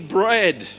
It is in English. bread